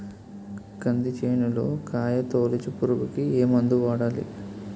కంది చేనులో కాయతోలుచు పురుగుకి ఏ మందు వాడాలి?